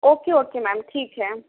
okay okay ma'am ٹھیک ہے